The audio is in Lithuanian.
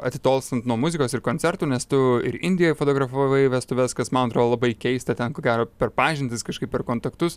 atitolstant nuo muzikos ir koncertų nes tu ir indijoj fotografavai vestuves kas man atrodo labai keista ten ko gero per pažintis kažkaip per kontaktus